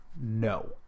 No